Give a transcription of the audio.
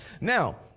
Now